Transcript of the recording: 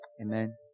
Amen